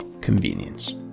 convenience